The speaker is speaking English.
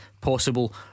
Possible